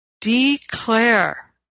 declare